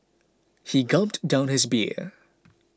he gulped down his beer